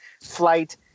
Flight